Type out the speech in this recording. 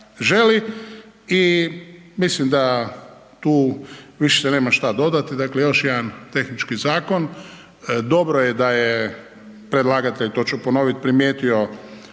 i mislim da tu više nema šta dodati, dakle još jedan tehnički zakon. Dobro je da je predlagatelj, to ću ponovit, primijetio